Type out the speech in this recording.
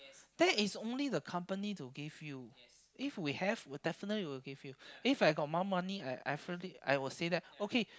that is only the company to give you if we have we will definitely will give you If I got more money I I definitely I will say that okay